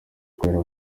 kubera